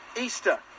Easter